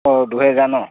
অঁ দুহেজাৰ ন